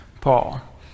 Paul